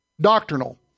doctrinal